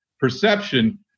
perception